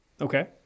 Okay